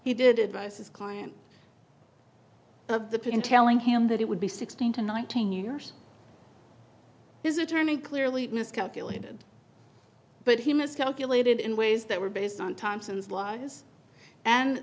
he did it by says client of the prison telling him that it would be sixteen to nineteen years his attorney clearly miscalculated but he miscalculated in ways that were based on thompson's lies and